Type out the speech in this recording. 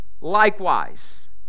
likewise